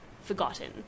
forgotten